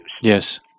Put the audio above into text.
Yes